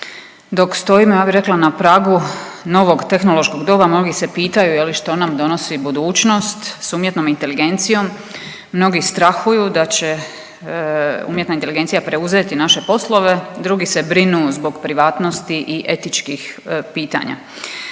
Dok stojimo ja bih rekla na pragu novog tehnološkog doba mnogi se pitaju, je li što nam donosi budućnost sa umjetnom inteligencijom, mnogi strahuju da će umjetna inteligencija preuzeti naše poslove, drugi se brinu zbog privatnosti i etičkih pitanja.